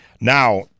Now